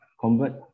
convert